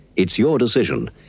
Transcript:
it's your decision.